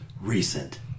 recent